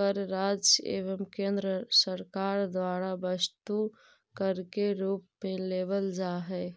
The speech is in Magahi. कर राज्य एवं केंद्र सरकार द्वारा वस्तु कर के रूप में लेवल जा हई